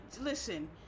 listen